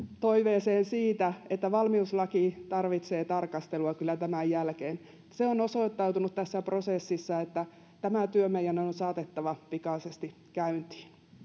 toiveeseen siitä että valmiuslaki tarvitsee tarkastelua kyllä tämän jälkeen se on osoittautunut tässä prosessissa että tämä työ meidän on on saatettava pikaisesti käyntiin